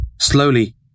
Slowly